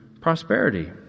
prosperity